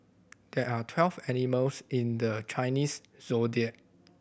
there are twelve animals in the Chinese Zodiac